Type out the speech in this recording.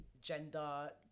gender